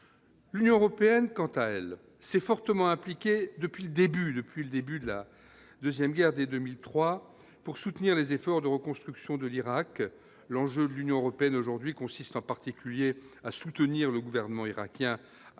L'Union européenne, quant à elle, s'est fortement impliquée depuis le début, depuis le début de la 2ème guerre dès 2003 pour soutenir les efforts de reconstruction de l'Irak, l'enjeu de l'Union européenne aujourd'hui consiste en particulier à soutenir le gouvernement irakien pour